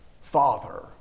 Father